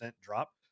drop